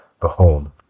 Behold